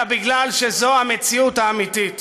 אלא מפני שזו המציאות האמיתית